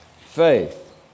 faith